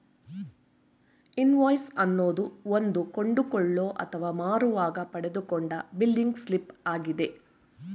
invoice ಅನ್ನೋದು ಒಂದು ಕೊಂಡುಕೊಳ್ಳೋ ಅಥವಾ ಮಾರುವಾಗ ಪಡೆದುಕೊಂಡ ಬಿಲ್ಲಿಂಗ್ ಸ್ಲಿಪ್ ಆಗಿದೆ